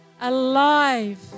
alive